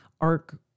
Arc